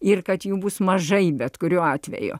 ir kad jų bus mažai bet kuriuo atveju